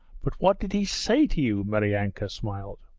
but what did he say to you maryanka smiled.